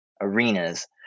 arenas